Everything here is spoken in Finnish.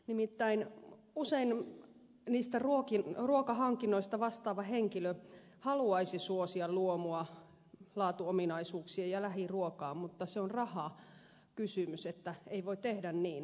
nimittäin usein niistä ruokahankinnoista vastaava henkilö haluaisi suosia luomua laatuominaisuuksia ja lähiruokaa mutta se on rahakysymys että ei voi tehdä niin